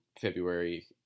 February